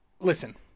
Listen